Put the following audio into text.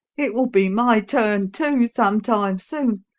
it will be my turn, too, some time soon.